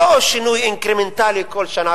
לא שינוי אינקרמנטלי כל שנה,